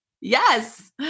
Yes